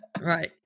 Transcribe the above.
Right